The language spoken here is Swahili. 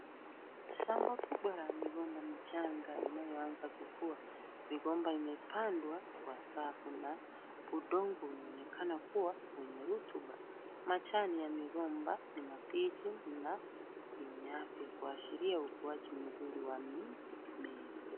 Shamba kubwa la migomba mchanga inayo aanza kukuwa. Migomba imepanda kwa safu na udongo unaonekana kuwa wenye rotuba. Majani ya migomba ni mabishi na yenye afya kuashiria ukuaji mzuri wa...